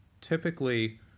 typically